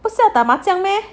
不是要打麻将 meh